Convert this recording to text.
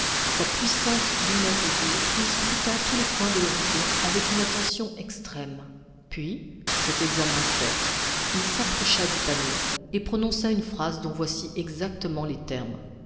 sa puissante lunette aux yeux il scruta tous les points de l'horizon avec une attention extrême puis cet examen fait il s'approcha du panneau et prononça une phrase dont voici exactement les termes